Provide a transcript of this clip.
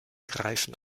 greifen